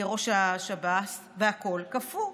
ראש השב"ס, והכול קפוא.